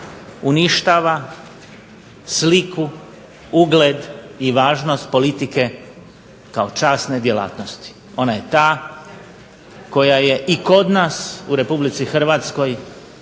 uništava sliku, ugled i važnost politike kao časne djelatnosti. Ona je ta koja je i kod nas u Republici Hrvatskoj